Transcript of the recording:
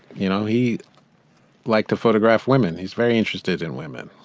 you know, he like to photograph women. he's very interested in women.